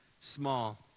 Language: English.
small